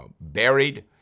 buried